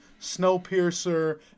Snowpiercer